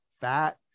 fat